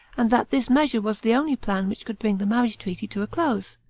and that this measure was the only plan which could bring the marriage treaty to a close.